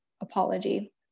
apology